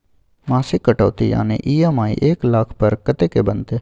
मासिक कटौती यानी ई.एम.आई एक लाख पर कत्ते के बनते?